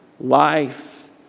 life